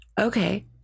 okay